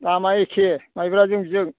दामा एखे माइब्राजों बिजों